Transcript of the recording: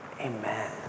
Amen